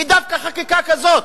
זה דווקא חקיקה כזאת.